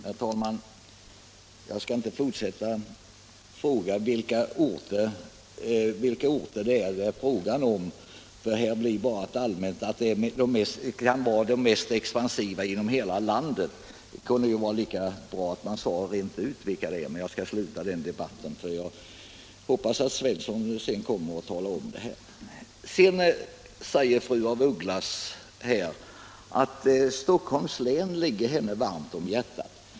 Herr talman! Jag skall inte fortsätta att fråga vilka orter det gäller. Jag får bara till svar något allmänt om att det kan vara de mest expansiva inom hela landet. Man kunde ju lika gärna säga rent ut vilka de är. Men jag skall inte fortsätta den debatten, jag kan ju hoppas att herr Svensson i Skara kommer och talar om det sedan. Fru af Ugglas säger att Stockholms län ligger henne varmt om hjärtat.